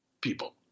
people